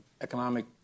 economic